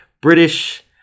British